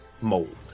mold